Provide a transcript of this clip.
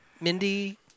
Mindy